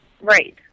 Right